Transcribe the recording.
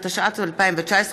התשע"ט 2019,